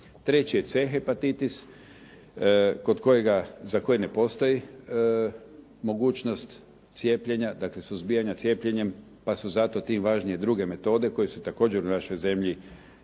Treći je C hepatitis za koje ne postoji mogućnost cijepljenja, dakle suzbijanje cijepljenjem pa su zato tim važnije druge metode koje su također u našoj zemlji